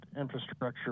infrastructure